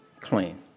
clean